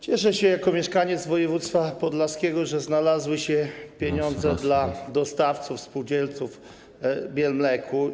Cieszę się jako mieszkaniec województwa podlaskiego, że znalazły się pieniądze dla dostawców, spółdzielców Bielmleku.